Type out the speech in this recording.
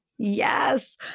Yes